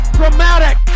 dramatic